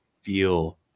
feel